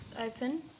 open